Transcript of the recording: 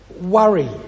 worry